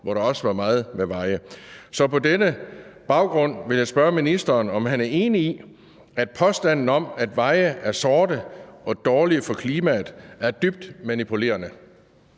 hvor veje også var et vigtigt element. På den baggrund vil jeg spørge ministeren, om han er enig i, at påstanden om, at veje er sorte og dårlige for klimaet, er dybt manipulerende.